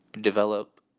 develop